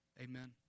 amen